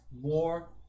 more